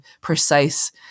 precise